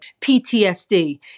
PTSD